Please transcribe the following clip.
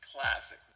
classic